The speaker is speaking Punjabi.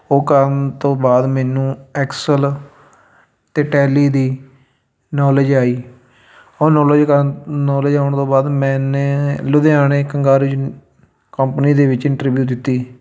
ਉਹ ਕਰਨ ਤੋਂ ਬਾਅਦ ਮੈਨੂੰ ਐਕਸਲ ਅਤੇ ਟੈਲੀ ਦੀ ਨੌਲੇਜ ਆਈ ਉਹ ਨੌਲੇਜ ਕਰਨ ਨੌਲੇਜ ਆਉਣ ਤੋਂ ਬਾਅਦ ਮੈਨੇ ਲੁਧਿਆਣੇ ਕੰਗਾਰਯੂ ਕੰਪਨੀ ਦੇ ਵਿੱਚ ਇੰਟਰਵਿਊ ਦਿੱਤੀ